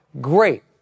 great